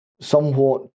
somewhat